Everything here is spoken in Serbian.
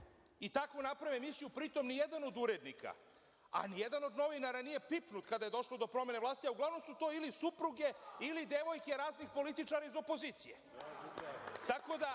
I tako naprave emisiju. Pri tom, ni jedan od urednika, ni jedan od novinara nije pipnut kada je došlo do promene vlasti, a uglavnom su to ili supruge ili devojke raznih političara iz opozicije. Još